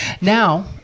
Now